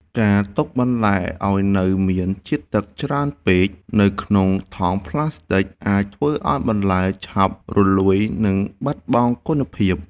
ការទុកបន្លែឱ្យនៅមានជាតិទឹកច្រើនពេកនៅក្នុងថង់ប្លាស្ទិកអាចធ្វើឱ្យបន្លែឆាប់រលួយ និងបាត់បង់គុណភាព។